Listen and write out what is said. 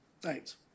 Thanks